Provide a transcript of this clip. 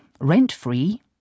rent-free